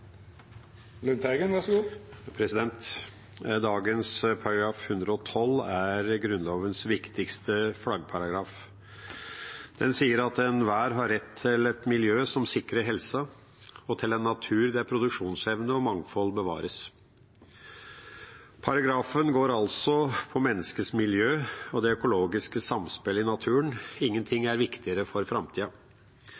Dagens § 112 er Grunnlovens viktigste flaggparagraf. Den sier at enhver har rett til et miljø som sikrer helsa, og til en natur der produksjonsevne og mangfold bevares. Paragrafen handler altså om menneskets miljø og det økologiske samspillet i naturen – ingenting